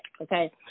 okay